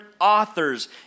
authors